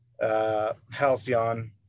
Halcyon